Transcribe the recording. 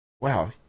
wow